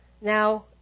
Now